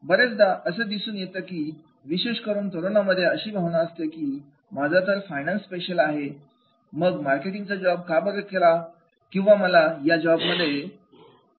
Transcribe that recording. बरेचदा असं दिसून येतं विशेष करून तरुणांमध्ये अशी भावना असते की माझा तर फायनान्स मध्ये स्पेशलायझेशन आहे मग मला मार्केटिंग जॉब का बर दिला किंवा मला याच्या मध्ये जॉब का करावा लागतो आहे